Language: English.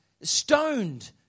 stoned